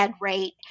rate